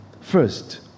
First